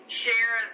share